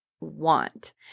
want